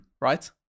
right